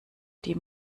die